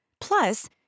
Plus